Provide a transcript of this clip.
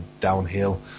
downhill